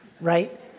right